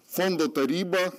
fondo taryba